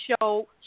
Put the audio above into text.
show